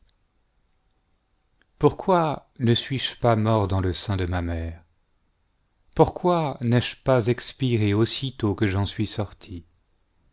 pourquoi ne suis-je pas mort dans le sein de ma mère pourquoi n'ai-je pas expiré aussitôt que j'en suis sorti